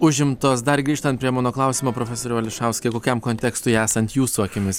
užimtos dar grįžtant prie mano klausimo profesoriau ališauskai kokiam kontekstui esant jūsų akimis